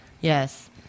Yes